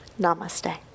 Namaste